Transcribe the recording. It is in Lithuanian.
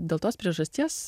dėl tos priežasties